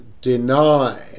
deny